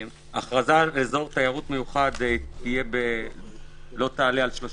הכרזהנ על אזור תיירות מיוחד לא תעלה על 30